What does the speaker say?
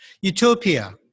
Utopia